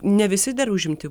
ne visi dar užimti